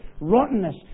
rottenness